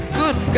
good